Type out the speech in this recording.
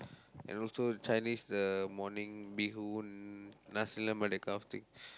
and also Chinese uh morning bee-hoon nasi-lemak that kind of thing